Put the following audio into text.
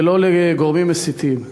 ולא לגורמים מסיתים.